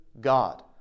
God